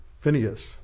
Phineas